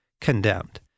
condemned